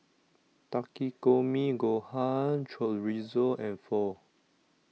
Takikomi Gohan Chorizo and Pho